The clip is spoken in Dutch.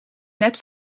net